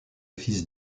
fils